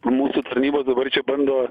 mūsų tarnybos dabar čia bando